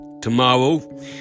Tomorrow